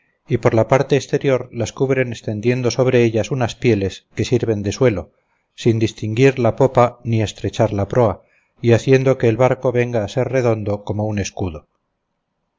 y por la parte exterior las cubren extendiendo sobre ellas unas pieles que sirven de suelo sin distinguir la popa ni estrechar la proa y haciendo que el barco venga a ser redondo como un escudo